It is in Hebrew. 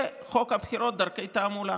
ולחוק הבחירות, דרכי תעמולה.